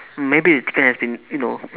maybe the chicken has been you know